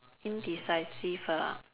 indecisive ah